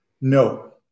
No